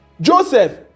Joseph